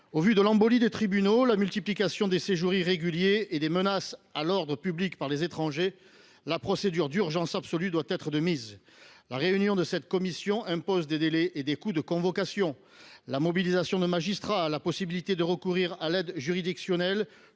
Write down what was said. Au vu de l’embolie des tribunaux, de la multiplication des séjours irréguliers et des menaces à l’ordre public par les étrangers, la procédure d’urgence absolue doit être de mise. La réunion de cette commission impose des délais et des coûts de convocation. La mobilisation de magistrats, la possibilité de recourir à l’aide juridictionnelle